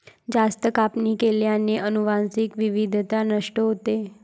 जास्त कापणी केल्याने अनुवांशिक विविधता नष्ट होते